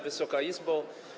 Wysoka Izbo!